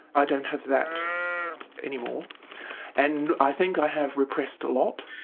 i don't have that any more and i think i have repressed a lot,